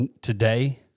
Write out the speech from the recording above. today